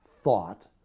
thought